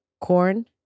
corn